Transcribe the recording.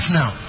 now